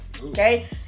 okay